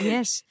Yes